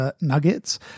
nuggets